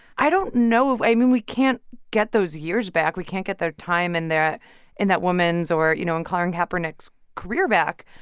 i don't know of i mean, we can't get those years back. we can't get their time and their and that woman's or, you know, and colin kaepernick's career back.